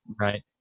Right